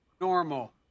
normal